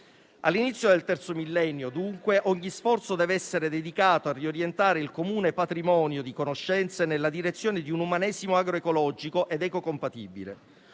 All'inizio del terzo millennio, dunque, ogni sforzo dev'essere dedicato a riorientare il comune patrimonio di conoscenze nella direzione di un umanesimo agroecologico ed ecocompatibile.